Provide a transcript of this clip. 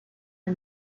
are